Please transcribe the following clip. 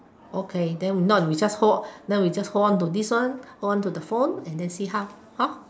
okay then we not we just hold then we just hold onto this one hold on to the phone and then we see how hor